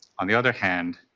on the other hand,